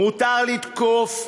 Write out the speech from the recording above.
מותר לתקוף דרך,